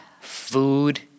Food